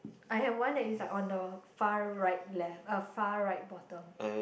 I have one that is on the far right left uh far right bottom